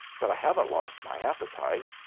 but i haven't lost my appetite.